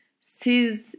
Siz